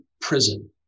prison